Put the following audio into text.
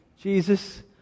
Jesus